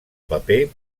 paper